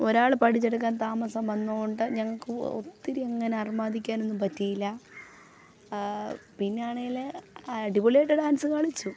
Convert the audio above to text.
ഒരാൾ പഠിച്ചെടുക്കാൻ താമസം വന്നോണ്ട് ഞങ്ങൾക്ക് ഒത്തിരി അങ്ങനെ അർമാദിക്കാനൊന്നും പറ്റിയില്ല പിന്നെ ആണേൽ അടിപൊളിയായിട്ട് ഡാൻസ് കളിച്ചു